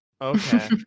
Okay